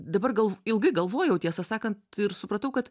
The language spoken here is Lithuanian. dabar gal ilgai galvojau tiesą sakant supratau kad